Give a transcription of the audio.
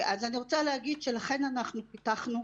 אז אני רוצה להגיד שלכן אנחנו פיתחנו,